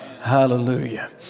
Hallelujah